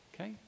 okay